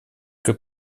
как